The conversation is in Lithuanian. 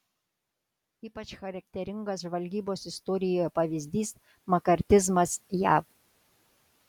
ypač charakteringas žvalgybos istorijoje pavyzdys makartizmas jav